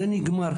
זה נגמר,